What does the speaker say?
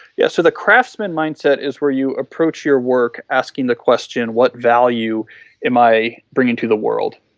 yeah so the craftsman mindset is where you approach your work asking the question what value am i bringing to the world.